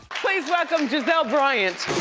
please welcome gizelle bryant.